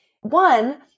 one